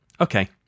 Okay